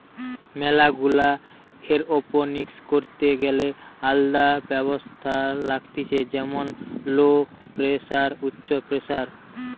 ম্যালা গুলা এরওপনিক্স করিতে গ্যালে আলদা ব্যবস্থা লাগতিছে যেমন লো প্রেসার, উচ্চ প্রেসার